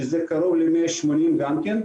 שזה קרוב ל-180 מיטות גם כן,